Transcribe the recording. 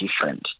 different